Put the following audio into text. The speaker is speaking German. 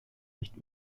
nicht